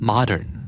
Modern